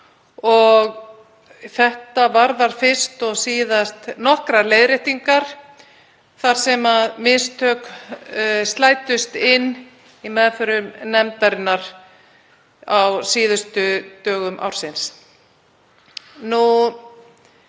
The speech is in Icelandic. Þetta varðar fyrst og síðast nokkrar leiðréttingar þar sem mistök slæddust inn í meðförum nefndarinnar á síðustu dögum ársins. Þetta